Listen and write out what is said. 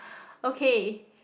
okay